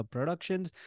Productions